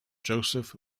joseph